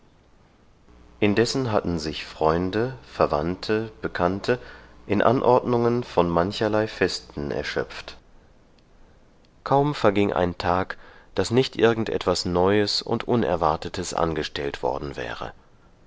indessen hatten sich freunde verwandte bekannte in anordnungen von mancherlei festen erschöpft kaum verging ein tag daß nicht irgend etwas neues und unerwartetes angestellt worden wäre